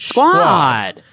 squad